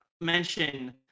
mention